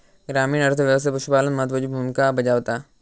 ग्रामीण अर्थ व्यवस्थेत पशुपालन महत्त्वाची भूमिका बजावता